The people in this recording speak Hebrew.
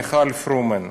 מיכל פרומן.